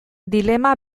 dilema